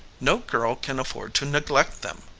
no girl can afford to neglect them.